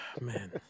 man